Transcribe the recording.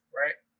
right